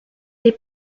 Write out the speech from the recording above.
les